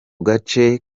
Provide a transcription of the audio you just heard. gace